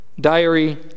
diary